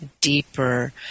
deeper